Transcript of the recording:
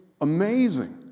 amazing